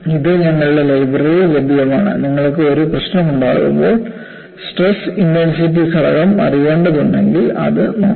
ഇത് ഞങ്ങളുടെ ലൈബ്രറിയിൽ ലഭ്യമാണ് നിങ്ങൾക്ക് ഒരു പ്രശ്നമുണ്ടാകുമ്പോൾ സ്ട്രെസ് ഇന്റെൻസിറ്റി ഘടകം അറിയേണ്ടതുണ്ടെങ്കിൽ അത് നോക്കാം